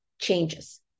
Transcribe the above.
changes